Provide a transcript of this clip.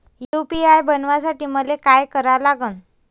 UPI बनवासाठी मले काय करा लागन?